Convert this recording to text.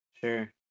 sure